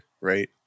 right